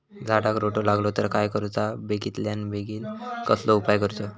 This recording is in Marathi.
झाडाक रोटो लागलो तर काय करुचा बेगितल्या बेगीन कसलो उपाय करूचो?